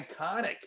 iconic